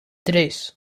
tres